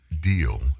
Deal